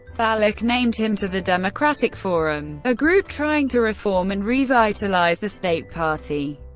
balick named him to the democratic forum, a group trying to reform and revitalize the state party,